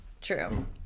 True